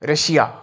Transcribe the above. Russia